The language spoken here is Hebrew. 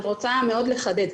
אני רוצה לחדד.